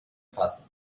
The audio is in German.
passen